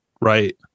Right